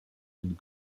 and